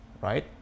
right